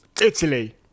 Italy